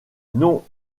non